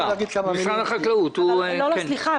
סליחה,